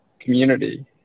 community